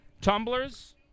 Tumblers